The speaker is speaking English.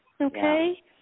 Okay